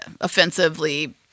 offensively